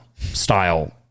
style